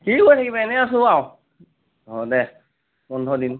কি কৰি থাকিবা এনে আছোঁ আৰু দে বন্ধৰ দিন